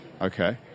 okay